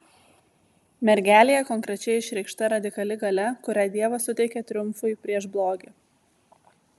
mergelėje konkrečiai išreikšta radikali galia kurią dievas suteikė triumfui prieš blogį